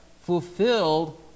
fulfilled